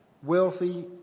Wealthy